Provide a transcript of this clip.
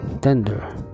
tender